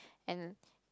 and